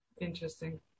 Interesting